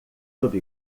sob